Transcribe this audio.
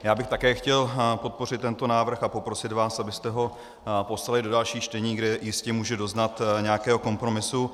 Já bych také chtěl podpořit tento návrh a poprosit vás, abyste ho poslali do dalších čtení, kde jistě může doznat nějakého kompromisu.